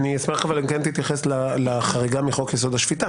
אני רוצה להתייחס לנקודה שהייתה במחלוקת.